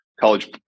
college